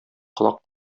колак